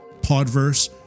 Podverse